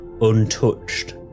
untouched